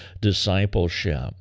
discipleship